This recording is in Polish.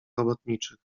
robotniczych